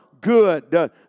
good